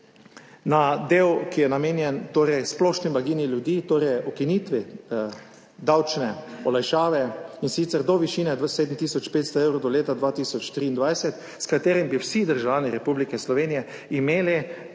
na del, ki je namenjen splošni blaginji ljudi, torej ukinitvi davčne olajšave, in sicer do višine 7 tisoč 500 evrov do leta 2023, s katerim bi vsi državljani Republike Slovenije imeli v